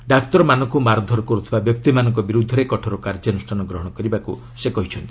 ଡାକ୍ତରମାନଙ୍କୁ ମାରଧର କରୁଥିବା ବ୍ୟକ୍ତିମାନଙ୍କ ବିର୍ବ୍ଧରେ କଠୋର କାର୍ଯ୍ୟାନ୍ରଷ୍ଠାନ ଗ୍ରହଣ କରିବାକ୍ ସେ କହିଛନ୍ତି